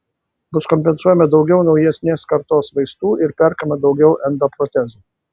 bus kompensuojama daugiau naujesnės kartos vaistų ir perkama daugiau endoprotezų